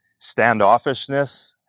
standoffishness